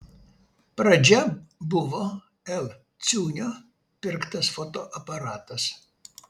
pradžia buvo l ciūnio pirktas fotoaparatas